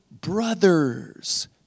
brothers